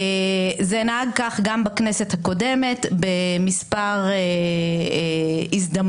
זה נהג כך גם בכנסת הקודמת במספר הזדמנויות,